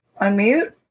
Unmute